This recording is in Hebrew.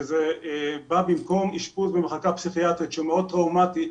שזה בא במקום אשפוז במחלקה פסיכיאטרית שהוא מאוד טראומטי,